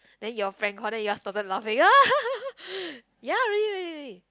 then you all prank call then you all started laughing ya really really really